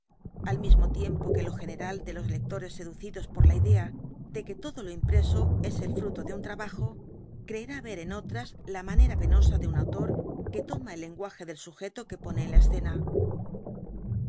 al mismo tiempo que lo general de los lectores seducidos por la idea de que todo lo impreso es el fruto de uh trabajo creerá ver en otras la manera penosa de un autor que toma el laiguage del sujeto que pone en la escena